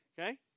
Okay